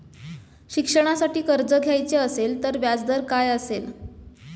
शिक्षणासाठी कर्ज घ्यायचे असेल तर व्याजदर काय असेल?